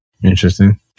Interesting